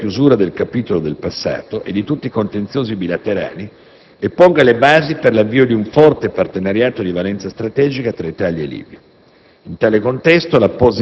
che consenta la definitiva chiusura del capitolo del passato e di tutti i contenziosi bilaterali e ponga le basi per l'avvio di un forte partenariato di valenza strategica tra Italia e Libia.